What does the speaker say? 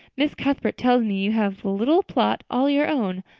miss cuthbert tells me you have a little plot all your own.